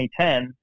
2010